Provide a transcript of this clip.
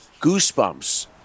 Goosebumps